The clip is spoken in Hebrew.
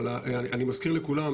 אבל אני מזכיר לכולם,